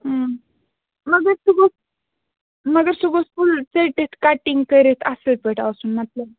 مگر سُہ گوٚژھ مگر سُہ گوٚژھ فُل ژٔٹِٹھ کَٹِنٛگ کٔرِتھ اَصٕل پٲٹھۍ آسُن مطلب